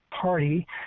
Party